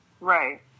Right